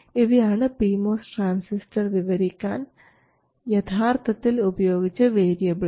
ഇവയാണ് P MOS transistor വിവരിക്കാൻ യഥാർത്ഥത്തിൽ ഉപയോഗിച്ച വേരിയബിൾസ്